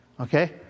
Okay